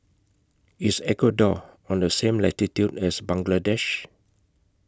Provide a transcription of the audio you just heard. IS Ecuador on The same latitude as Bangladesh